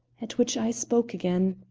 at which i spoke again.